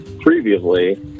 Previously